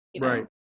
right